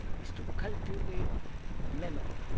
is to cultivate memory.